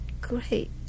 great